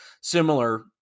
similar